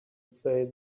say